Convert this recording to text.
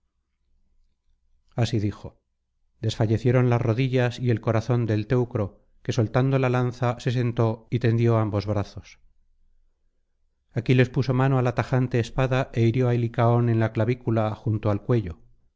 así dijo desfallecieron las rodillas y el corazón del teucro que soltando la lanza se sentó y tendió ambos brazos aquiles puso mano á la tajante espada é hirió á licaón en la clavícula junto al cuello